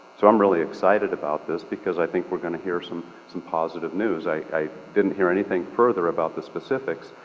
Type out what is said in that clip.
so i'm really excited about this because i think we're going to hear some some positive news. i i didn't hear anything further about the specifics,